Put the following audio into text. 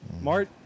Mart